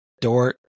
Dort